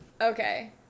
Okay